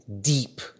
deep